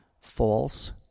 false